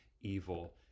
evil